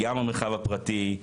גם המרחב הפרטי,